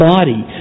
body